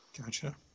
Gotcha